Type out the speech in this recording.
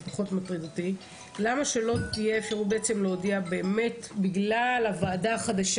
למה שלא תהי האפשרות להודיע בגלל הוועדה החדשה?